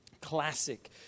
classic